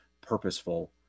purposeful